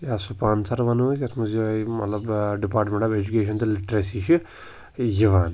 یا سُپانسَر وَنو أسۍ یَتھ منٛز یِہَے مطلب ڈِپارٹمنٹ آف اٮ۪جوکیشَن تہٕ لِٹریسی چھِ یِوان